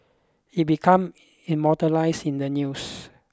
it become immortalised in the news